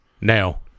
Now